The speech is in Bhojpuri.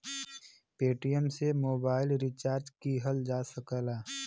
पेटीएम से मोबाइल रिचार्ज किहल जा सकला